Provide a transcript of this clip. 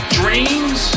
dreams